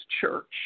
church